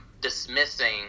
dismissing